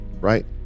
right